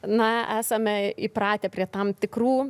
na esame įpratę prie tam tikrų